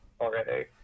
already